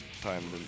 time